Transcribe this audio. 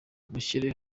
mushyire